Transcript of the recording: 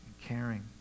caring